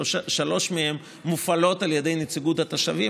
שלוש מהן מופעלות על ידי נציגות של התושבים,